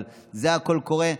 אבל זה הקול הקורא,